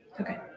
Okay